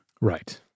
Right